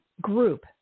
group